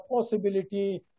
possibility